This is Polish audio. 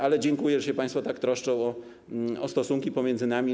Ale dziękuję, że się państwo tak troszczą o stosunki pomiędzy nami.